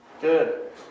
Good